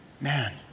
Man